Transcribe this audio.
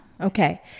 Okay